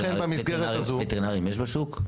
וטרינרים יש בשוק?